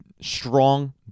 strong